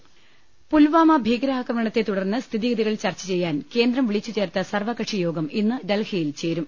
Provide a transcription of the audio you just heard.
രദ്ദമ്പ്പെട്ടറ പുൽവാമ ഭീകരാക്രമണത്തെ തുടർന്ന് സ്ഥിതിഗതികൾ ചർച്ച ചെയ്യാൻ കേന്ദ്രം വിളിച്ചു ചേർത്ത സർവകക്ഷി യോഗം ഇന്ന് ഡൽഹിയിൽ ചേരും